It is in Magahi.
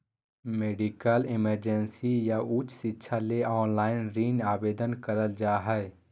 मेडिकल इमरजेंसी या उच्च शिक्षा ले ऑनलाइन ऋण आवेदन करल जा हय